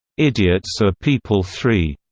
idiots are people three,